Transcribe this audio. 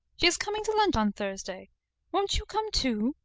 she is coming to lunch on thursday won't you come too?